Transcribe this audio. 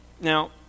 now